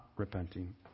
repenting